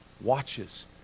watches